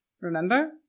Remember